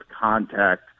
contact